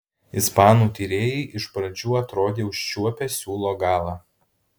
ispanų tyrėjai iš pradžių atrodė užčiuopę siūlo galą